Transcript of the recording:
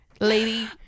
lady